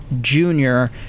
junior